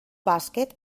bàsquet